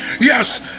Yes